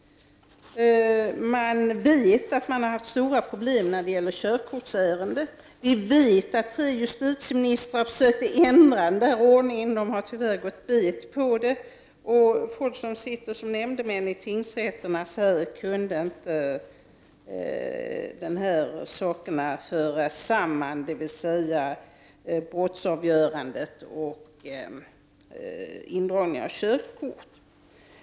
Man vet att man haft stora problem när det gäller körkortsärenden. Vi vet att tre justitieministrar försökt ändra denna ordning men tyvärr gått bet på det. Människor som sitter som nämndemän i tingsrätterna säger att dessa saker nog kunde föras samman, dvs. avgörandet i brottmål och indragningen av körkort.